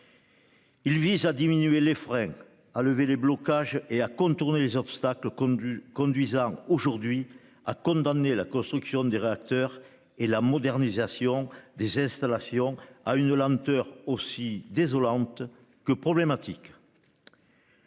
Il vise à réduire les freins, à lever les blocages et à contourner les obstacles qui condamnent aujourd'hui la construction des réacteurs et la modernisation des installations à une lenteur aussi désolante que problématique.